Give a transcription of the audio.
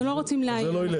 אנחנו לא רוצים לאיין,